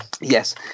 Yes